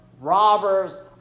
robbers